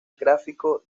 gráfico